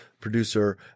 producer